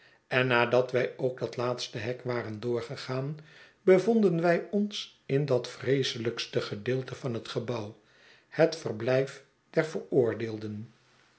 en nadat wij ook dat laatste hek waren doorgegaan bevonden wij ons in dat vreeselijkste gedeelte van het gebouw hetverblijf der veroordeelden